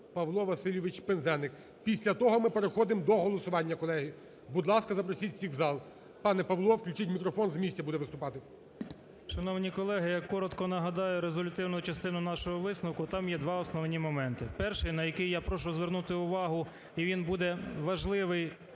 Павло Васильович Пинзеник. Після того ми переходимо до голосування, колеги. Будь ласка, запросіть всіх в зал. Пане Павло, включіть мікрофон. З місця буде виступати. 16:56:02 ПИНЗЕНИК П.В. Шановні колеги, я коротко нагадаю резолютивну частину нашого висновку. Там є два основні моменти. Перший, на який я прошу звернути увагу, і він буде важливий